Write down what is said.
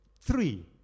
Three